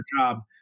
job